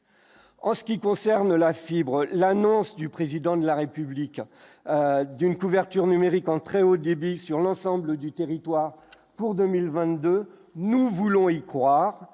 en ce qui concerne la fibre, l'annonce du président de la République d'une couverture numérique en très haut débit sur l'ensemble du territoire pour 2022, nous voulons y croire,